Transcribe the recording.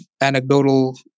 anecdotal